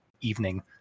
evening